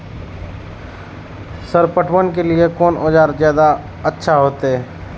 Sir पटवन के लीऐ कोन औजार ज्यादा अच्छा होते?